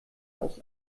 aus